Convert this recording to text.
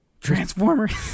Transformers